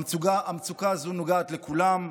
המצוקה הזו נוגעת לכולם,